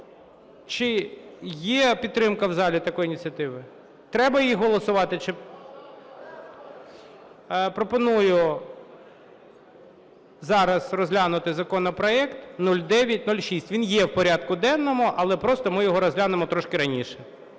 Чи є підтримка в залі такої ініціативи? Треба її голосувати чи… Пропоную зараз розглянути законопроект 0906. Він є в порядку денному, але просто ми його розглянемо трошки раніше.